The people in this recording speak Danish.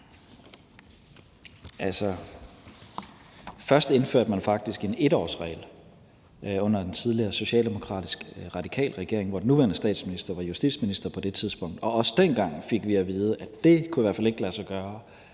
Først indførte man faktisk en 1-årsregel under den tidligere socialdemokratisk-radikale regering, som den nuværende statsminister var justitsminister i på det tidspunkt, og også dengang fik vi at vide, at det i hvert fald ikke kunne lade sig gøre.